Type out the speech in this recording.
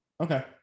Okay